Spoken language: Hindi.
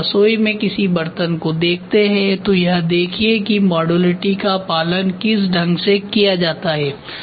जब आप रसोई में किसी बर्तन को देखते हैं तो यह देखिये कि मॉडुलरिटी का पालन किस ढंग से किया जाता है